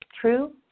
true